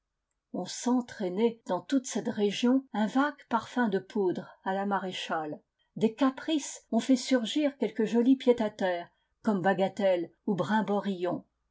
on sent traîner dans toute cette région un vague parfum de poudre à la maréchale des caprices ont fait surgir quelque joli pied-à-terre comme bagatelle ou brimborion